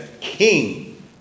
King